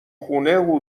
خونه